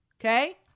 Okay